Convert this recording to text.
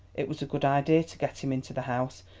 it was a good idea to get him into the house.